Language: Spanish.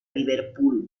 liverpool